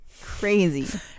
Crazy